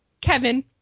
Kevin